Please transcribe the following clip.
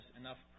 enough